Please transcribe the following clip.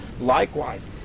likewise